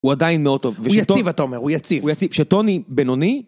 הוא עדיין מאוד טוב. הוא יציב, אתה אומר, הוא יציב. הוא יציב. שטוני בנוני...